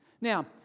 Now